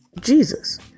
Jesus